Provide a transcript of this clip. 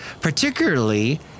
particularly